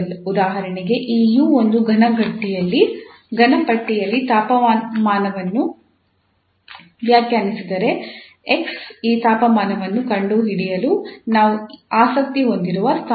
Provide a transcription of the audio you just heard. ಉದಾಹರಣೆಗೆ ಈ 𝑢 ಒಂದು ಘನ ಪಟ್ಟಿಯಲ್ಲಿ ತಾಪಮಾನವನ್ನು ವ್ಯಾಖ್ಯಾನಿಸಿದರೆ 𝑥 ಈ ತಾಪಮಾನವನ್ನು ಪಡೆಯಲು ನಾವು ಆಸಕ್ತಿ ಹೊಂದಿರುವ ಸ್ಥಾನವಾಗಿದೆ